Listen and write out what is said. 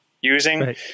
using